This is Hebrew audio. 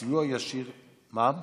מה?